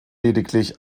lediglich